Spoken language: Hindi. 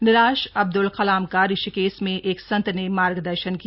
निराश अब्द्ल कलाम का ऋषिकेश में एक संत ने मार्गदर्शन किया